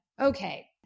Okay